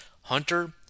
Hunter